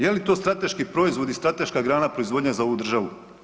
Je li to strateški proizvod i strateška grana proizvodnje za ovu državu?